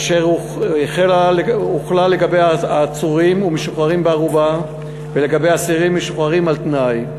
אשר הוחלה לגבי עצורים ומשוחררים בערובה ולגבי אסירים משוחררים על-תנאי.